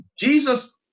Jesus